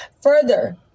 Further